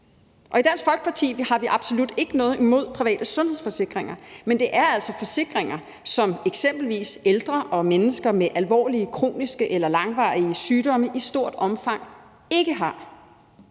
I Dansk Folkeparti har vi absolut ikke noget imod private sundhedsforsikringer, men det er altså forsikringer, som eksempelvis ældre og mennesker med alvorlige kroniske eller langvarige sygdomme i stort omfang ikke har.